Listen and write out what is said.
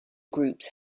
groups